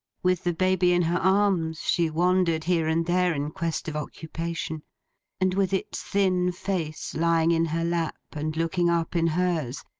with the baby in her arms, she wandered here and there, in quest of occupation and with its thin face lying in her lap, and looking up in hers,